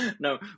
No